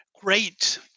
great